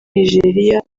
nigeria